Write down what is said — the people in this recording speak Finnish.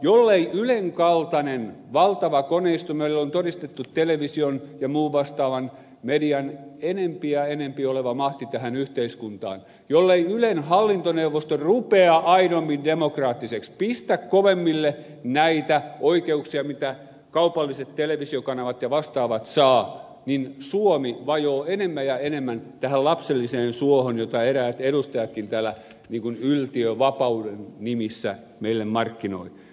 jollei ylen kaltainen valtava koneisto meillä on todistettu television ja muun vastaavan median enempi ja enempi oleva mahti tähän yhteiskuntaan jollei ylen hallintoneuvosto rupea aidommin demokraattiseksi pistä kovemmille näitä oikeuksia mitä kaupalliset televisiokanavat ja vastaavat saavat niin suomi vajoaa enemmän ja enemmän tähän lapselliseen suohon jota eräät edustajatkin täällä yltiövapauden nimissä meille markkinoivat